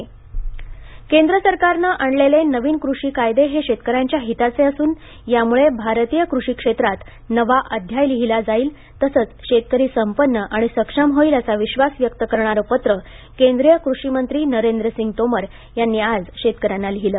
केंद्रीय कृषिमत्री केंद्र सरकारनं आणलेले नवीन कृषी कायदे हे शेतकऱ्यांच्या हिताचे असून यामुळे भारतीय कृषी क्षेत्रात नवा अध्याय लिहिला जाईल तसंच शेतकरी संपन्न आणि सक्षम होईल असा विश्वास व्यक्त करणारे पत्र केंद्रीय कृषी मंत्री नरेंद्र सिंग तोमर यांनी आज शेतकऱ्यांना लिहिलं